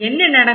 என்ன நடக்கும்